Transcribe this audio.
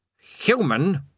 human